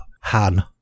Han